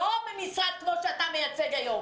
לא ממשרד כמו שאתה מייצג היום.